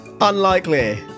Unlikely